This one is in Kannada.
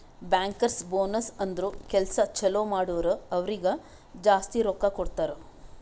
ಬ್ಯಾಂಕರ್ಸ್ ಬೋನಸ್ ಅಂದುರ್ ಕೆಲ್ಸಾ ಛಲೋ ಮಾಡುರ್ ಅವ್ರಿಗ ಜಾಸ್ತಿ ರೊಕ್ಕಾ ಕೊಡ್ತಾರ್